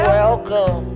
welcome